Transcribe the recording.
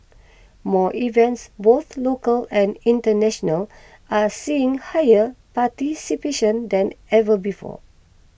more events both local and international are seeing higher participation than ever before